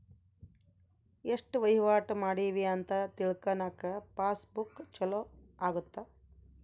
ಎಸ್ಟ ವಹಿವಾಟ ಮಾಡಿವಿ ಅಂತ ತಿಳ್ಕನಾಕ ಪಾಸ್ ಬುಕ್ ಚೊಲೊ ಅಗುತ್ತ